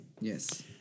Yes